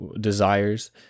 desires